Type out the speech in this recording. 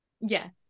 Yes